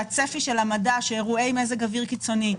שהצפי של המדע שאירועי מזג אוויר קיצוני,